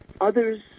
Others